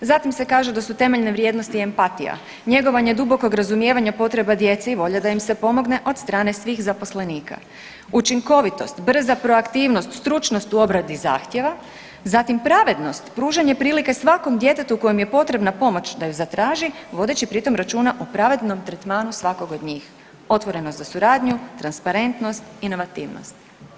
Zatim se kaže da su temeljne vrijednosti empatija, njegovanje dubokog razumijevanja potreba djece i volja da im se pomogne od strane svih zaposlenika, učinkovitost, brza proaktivnost, stručnost u obradi zahtjeva, zatim pravednost, pružanje prilike svakom djetetu kojem je potrebna pomoć da ju zatraži vodeći pritom računa o pravednom tretmanu svakog od njih, otvorenost za suradnju, transparentnost, inovativnost.